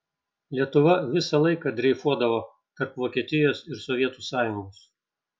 lietuva visą laiką dreifuodavo tarp vokietijos ir sovietų sąjungos